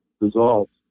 results